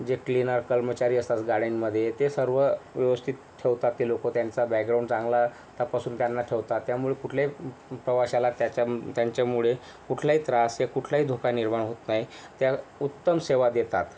जे क्लीनर कर्मचारी असतात गाड्यांमध्ये ते सर्व व्यवस्थित ठेवतात ते लोक त्यांचा बॅकग्राऊंड चांगला तपासून त्यांना ठेवतात त्यामुळे कुठल्याही प्रवाशाला त्याच्या त्यांच्यामुळे कुठलाही त्रास किंवा कुठलाही धोका निर्माण होत नाही त्या उत्तम सेवा देतात